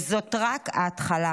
וזאת רק ההתחלה.